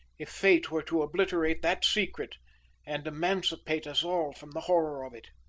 if fate were to obliterate that secret and emancipate us all from the horror of it.